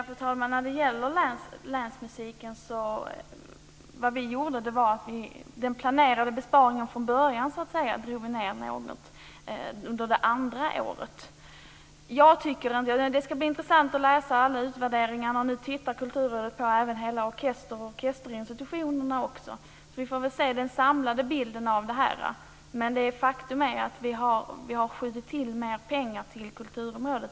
Fru talman! Vi drog ned något på den från början planerade besparingen på länsmusiken under det andra året. Det ska bli intressant att läsa alla utvärderingar, och nu ser Kulturrådet över alla orkesterinstitutioner. Sedan får vi väl ta del av den samlade bilden. Men faktum är att vi har skjutit till mer pengar till kulturområdet.